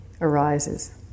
arises